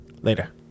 later